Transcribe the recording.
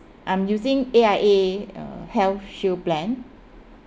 I'm using A_I_A uh health shield plan